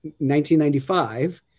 1995